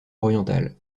orientale